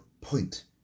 point